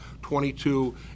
22